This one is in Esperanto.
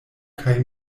kaj